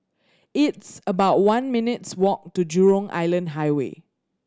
it's about one minutes' walk to Jurong Island Highway